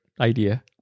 idea